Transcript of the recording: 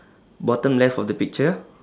bottom left of the picture